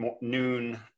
noon